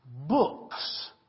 books